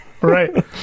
right